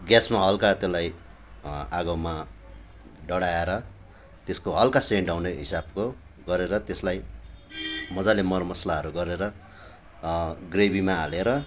ग्यासमा हलका त्यसलाई आँगोमा डढाएर त्यसको हलका सेन्ट आउने हिसाबको गरेर त्यसलाई मजाले मर मसलाहरू गरेर ग्रेभीमा हालेर